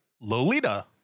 Lolita